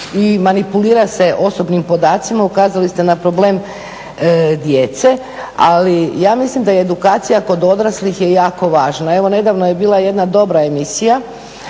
i manipulira se osobnim podacima, ukazali ste na problem djece ali ja mislim da i edukacija kod odraslih je jako važna. Evo nedavno je bila jedna dobra emisija